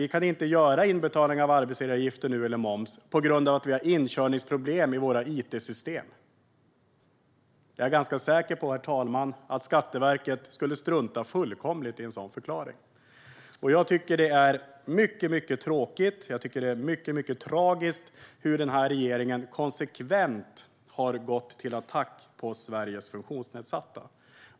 Vi kan inte göra inbetalningar av arbetsgivaravgifter eller moms nu, på grund av att vi har inkörningsproblem i våra it-system." Jag är ganska säker på, herr talman, att Skatteverket skulle strunta fullkomligt i en sådan förklaring. Jag tycker att det är mycket tråkigt och tragiskt att denna regering konsekvent har gått till attack mot Sveriges funktionsnedsatta.